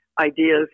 ideas